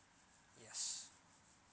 yes